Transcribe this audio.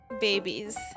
Babies